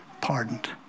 pardoned